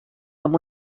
amb